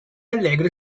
allegro